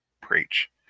Preach